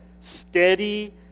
Steady